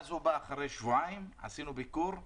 ואז הוא בא אחרי שבועיים, עשינו ביקור,